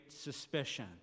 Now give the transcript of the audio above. suspicion